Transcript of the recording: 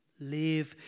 live